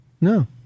No